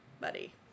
buddy